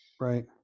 Right